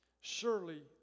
Surely